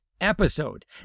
episode